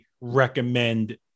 recommend